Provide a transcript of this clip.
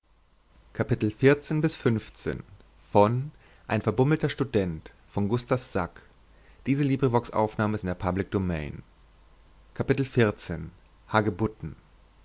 ein verbummelter student